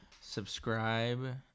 Subscribe